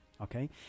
Okay